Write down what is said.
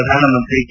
ಪ್ರಧಾನ ಮಂತ್ರಿ ಕೆ